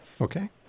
Okay